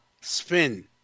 spin